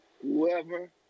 whoever